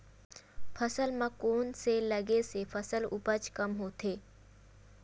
फसल म कोन से लगे से फसल उपज कम होथे?